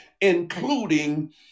including